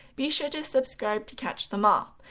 be sure to subscribe to catch them all!